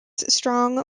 strong